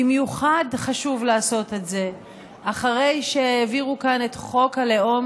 במיוחד חשוב לעשות את זה אחרי שהעבירו כאן את חוק הלאום,